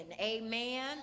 Amen